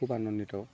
খুব আনন্দিত